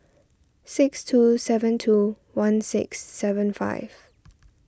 six two seven two one six seven five